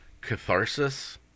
catharsis